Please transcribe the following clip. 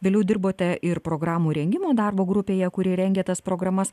vėliau dirbote ir programų rengimo darbo grupėje kuri rengė tas programas